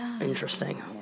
Interesting